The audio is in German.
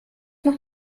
noch